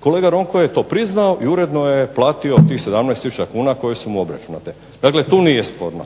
kolega Ronko je to priznao i uredno je platio tih 17 tisuća kuna koje su mu obračunate. Dakle, tu nije sporno.